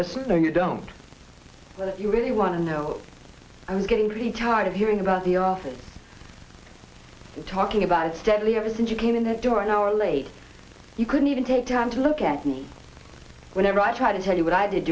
listening you don't know if you really want to know i'm getting pretty tired of hearing about the office talking about it steadily ever since you came in the door an hour late you couldn't even take time to look at me whenever i try to tell you what i did